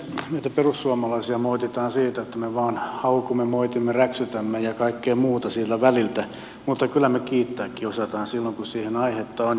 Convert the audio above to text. meitä perussuomalaisia moititaan siitä että me vain haukumme moitimme räksytämme ja kaikkea muuta siltä väliltä mutta kyllä me kiittääkin osaamme silloin kun siihen aihetta on